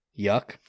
Yuck